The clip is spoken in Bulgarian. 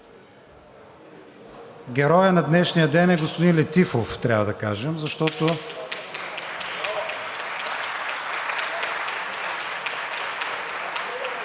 Героят на днешния ден е господин Летифов, трябва да кажем, защото...